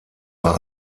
war